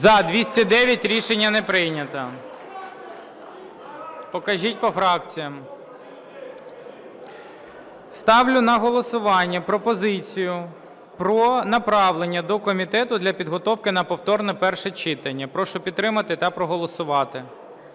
За-209 Рішення не прийнято. Покажіть по фракціях. Ставлю на голосування пропозицію про направлення до комітету для підготовки на повторне перше читання. Прошу підтримати та проголосувати.